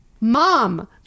Mom